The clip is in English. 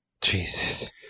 Jesus